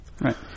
Right